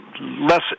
less-